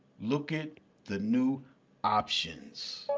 look at the new options.